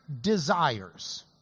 desires